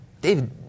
David